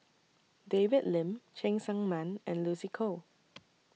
David Lim Cheng Tsang Man and Lucy Koh